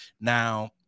Now